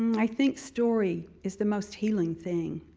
i think story is the most healing thing.